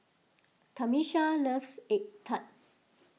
Tamisha loves Egg Tart